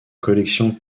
collection